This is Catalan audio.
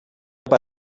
per